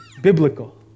biblical